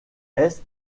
est